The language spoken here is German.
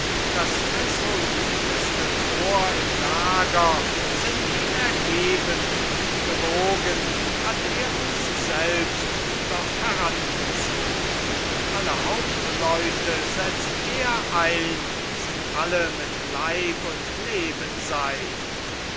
das resoluteste korps im lager sind ihm ergeben und gewogen hat er uns selbst doch herangezogen alle hauptleute setzt er ein sind alle mit leib und leben sein